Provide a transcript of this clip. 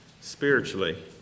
spiritually